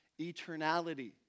eternality